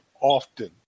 often